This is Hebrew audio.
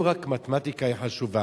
לא רק מתמטיקה היא חשובה.